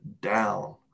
down